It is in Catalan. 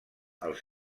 els